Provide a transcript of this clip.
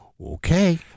Okay